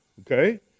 okay